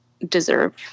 deserve